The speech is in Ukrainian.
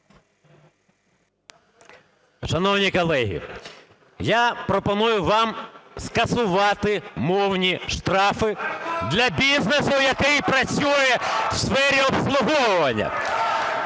Шановні колеги, я пропоную вам скасувати мовні штрафи для бізнесу, який працює в сфері обслуговування.